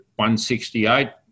168